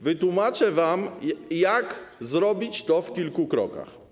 Wytłumaczę wam, jak zrobić to w kilku krokach.